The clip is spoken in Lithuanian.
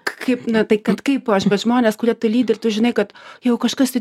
kaip ne tai kad kaip bet žmonės kurie tą lydi ir tu žinai kad jau kažkas tai